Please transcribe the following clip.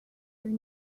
your